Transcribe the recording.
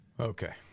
Okay